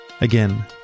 Again